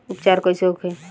उपचार कईसे होखे?